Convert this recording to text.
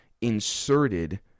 inserted